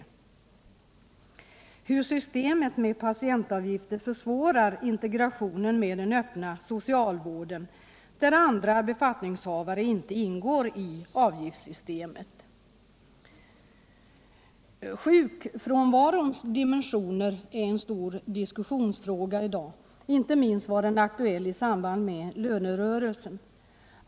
Vidare anförs att systemet med patientavgifter försvårar integrationen med den öppna socialvården, där befattningshavarna inte ingår i avgiftssystemet. Sjukfrånvarons dimensioner är en stor diskussionsfråga i dag. Den var aktuell inte minst i samband med lönerörelsen.